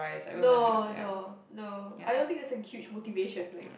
no no no I don't think that's a huge motivation like